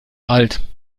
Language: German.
alt